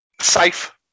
Safe